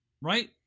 right